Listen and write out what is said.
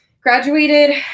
Graduated